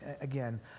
again